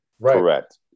Correct